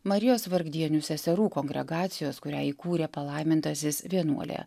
marijos vargdienių seserų kongregacijos kurią įkūrė palaimintasis vienuolė